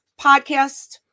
podcast